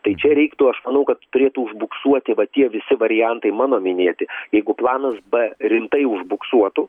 tai čia reiktų aš manau kad turėtų užbuksuoti va tie visi variantai mano minėti jeigu planas b rimtai užbuksuotų